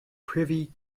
privy